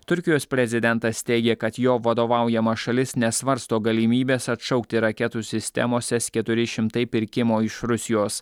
turkijos prezidentas teigė kad jo vadovaujama šalis nesvarsto galimybės atšaukti raketų sistemos s keturi šimtai pirkimo iš rusijos